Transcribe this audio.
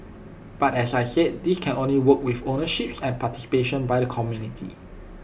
but as I said this can only work with ownerships and participation by the community